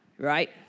Right